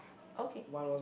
okay